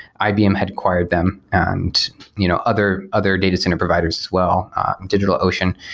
ibm had acquired them, and you know other other data center providers as well digitalocean.